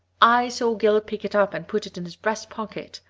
i saw gil pick it up and put it in his breast pocket.